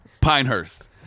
Pinehurst